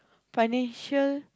financial